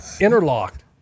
interlocked